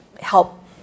help